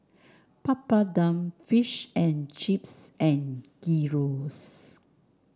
Papadum Fish and Chips and Gyros